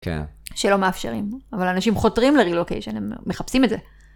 כן, שלא מאפשרים, אבל אנשים חותרים ל-relocation, הם מחפשים את זה.